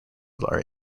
are